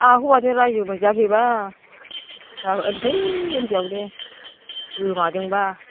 आंहा हौवाजों रायजो मोनजायाखैबा फिसा उन्दै उन्दैयावनो गोमादोंबा